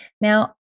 Now